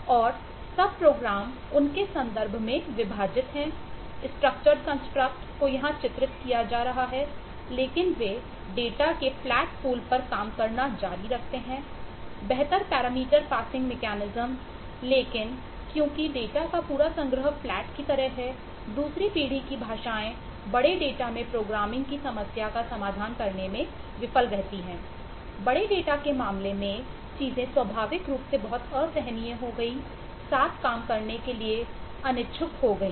और सबप्रोग्राम लेकिन क्योंकि डेटा का पूरा संग्रह फ्लैट की तरह है दूसरी पीढ़ी की भाषाएं बड़े डेटा में प्रोग्रामिंग की समस्या का समाधान करने में विफल रहती हैं बड़े डेटा के मामले में चीजें स्वाभाविक रूप से बहुत असहनीय हो गईं साथ काम करने के लिए अनिच्छुक हो गईं